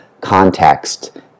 context